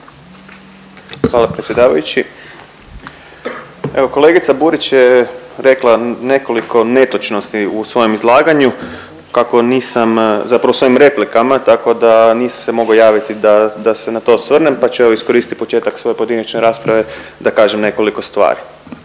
Hvala predsjedavajući. Evo kolegica Burić je rekla nekoliko netočnosti u svojem izlaganju. Kako nisam, zapravo svojim replikama, tako da nisam se mogao javiti da se na to osvrnem pa ću evo, iskoristit početak svoje pojedinačne rasprave da kažem nekoliko stvari.